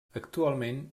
actualment